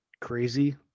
crazy